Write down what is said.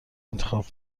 انتخاب